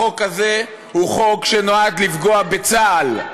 החוק הזה הוא חוק שנועד לפגוע בצה"ל,